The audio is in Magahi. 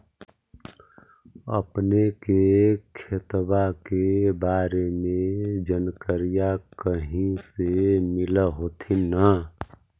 अपने के खेतबा के बारे मे जनकरीया कही से मिल होथिं न?